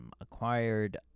acquired